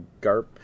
Garp